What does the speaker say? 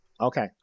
Okay